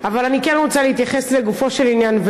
אבל אני כן רוצה להתייחס לגופו של עניין,